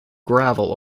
gravel